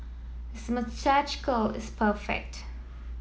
his moustache curl is perfect